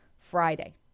Friday